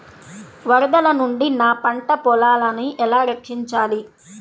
వరదల నుండి నా పంట పొలాలని ఎలా రక్షించాలి?